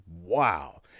wow